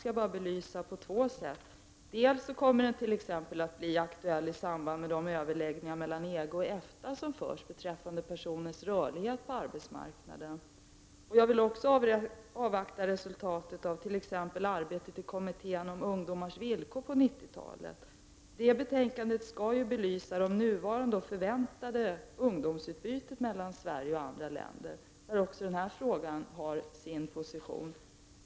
Frågan kommer dels att bli aktuell i samband med de överläggningar mellan EG och EFTA som förs beträffande personers rörlighet på arbetsmarknaden, dels vill jag avvakta resultatet av arbetet i kommittén om ungdomarnas villkor på 90-talet. Det betänkandet skall belysa det nuvarande och förväntade ungdomsutbytet mellan Sverige och andra länder, där också den här frågan har sin position.